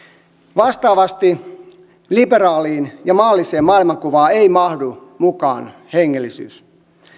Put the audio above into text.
vastaavasti liberaaliin ja maalliseen maailmankuvaan ei mahdu mukaan hengellisyys